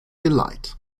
delight